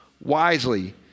wisely